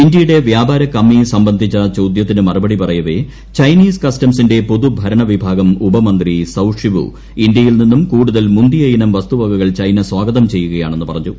ഇന്ത്യയുടെ വ്യാപാര കമ്മി സംബന്ധിച്ച ചോദ്യത്തിന് മറുപടി പറയവേ ചൈനീസ് കസ്റ്റംസിന്റെ പൊതുഭരണ വിഭാഗം ഉപമന്ത്രി സൌഷിവു ഇന്ത്യയിൽ നിന്നും കൂടുതൽ മുന്തിയ ഇനം വസ്തുവകകൾ ചൈന സ്വാഗതം ചെയ്യുകയാണെന്ന് പറഞ്ഞു